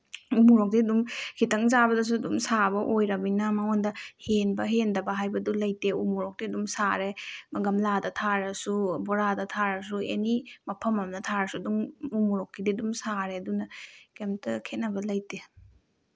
ꯎ ꯃꯣꯔꯣꯛꯇꯤ ꯑꯗꯨꯝ ꯈꯤꯇꯪ ꯆꯥꯕꯗꯁꯨ ꯑꯗꯨꯝ ꯁꯥꯕ ꯑꯣꯏꯔꯕꯅꯤꯅ ꯃꯉꯣꯟꯗ ꯍꯦꯟꯕ ꯍꯦꯟꯗꯕ ꯍꯥꯏꯕꯗꯨ ꯂꯩꯇꯦ ꯎ ꯃꯣꯔꯣꯛꯇꯤ ꯑꯗꯨꯝ ꯁꯥꯔꯦ ꯒꯝꯂꯥꯗ ꯊꯥꯔꯁꯨ ꯕꯣꯔꯥꯗ ꯊꯥꯔꯁꯨ ꯑꯦꯅꯤ ꯃꯐꯝ ꯑꯃꯗ ꯊꯥꯔꯁꯨ ꯑꯗꯨꯝ ꯎ ꯃꯣꯔꯣꯛꯀꯤꯗꯤ ꯑꯗꯨꯝ ꯁꯥꯔꯦ ꯑꯗꯨꯅ ꯀꯔꯤꯝꯇ ꯈꯦꯠꯅꯕ ꯂꯩꯇꯦ